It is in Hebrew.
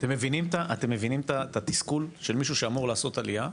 אתם מבינים את התסכול של מישהו שאמור לעשות עלייה,